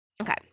Okay